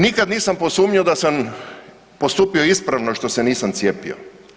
Nikad nisam posumnjao da sam postupio ispravno što se nisam cijepio.